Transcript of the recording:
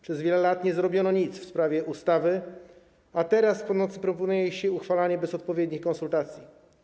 Przez wiele lat nie zrobiono nic w sprawie ustawy, a teraz po nocy proponuje się uchwalenie jej bez odpowiednich konsultacji.